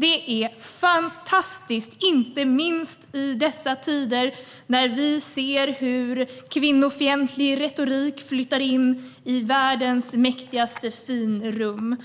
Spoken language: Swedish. Det är fantastiskt, inte minst i dessa tider när vi ser hur kvinnofientlig retorik flyttar in i världens mäktigaste finrum!